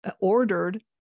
ordered